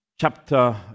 chapter